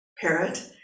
parrot